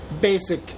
Basic